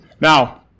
Now